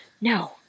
No